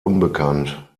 unbekannt